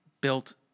built